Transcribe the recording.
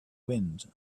wind